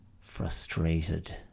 frustrated